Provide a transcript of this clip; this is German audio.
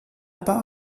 aber